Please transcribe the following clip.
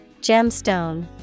Gemstone